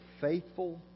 faithful